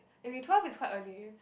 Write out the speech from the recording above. okay twelve is quite early